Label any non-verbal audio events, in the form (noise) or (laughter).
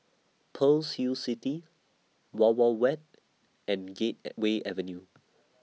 Pearl's Hill City Wild Wild Wet and Gate (hesitation) Way Avenue